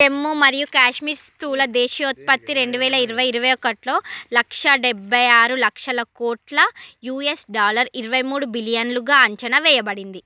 జమ్మూ మరియు కాశ్మీర్ స్థూల దేశీయోత్పత్తి రెండు వేల ఇరవై ఇరవై ఒకట్లో లక్షా డెబ్భై ఆరు లక్షల కోట్ల యూఎస్ డాలర్ ఇరవై మూడు బిలియన్లుగా అంచనా వేయబడింది